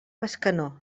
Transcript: bescanó